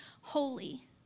holy